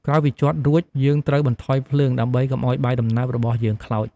ក្រោយពីជាត់រួច យើងត្រូវបន្ថយភ្លើង ដើម្បីកុំឱ្យបាយដំណើបរបស់យើងខ្លោច។